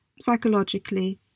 psychologically